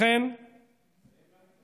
לכן, גם,